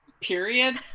period